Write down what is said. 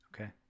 okay